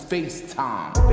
FaceTime